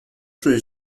czuję